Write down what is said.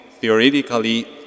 theoretically